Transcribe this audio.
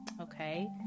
Okay